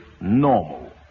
normal